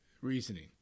reasoning